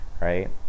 right